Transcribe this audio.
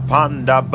Panda